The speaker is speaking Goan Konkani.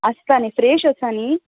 आसता न्हय फ्रेश आसा न्हय